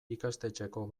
ikastetxeko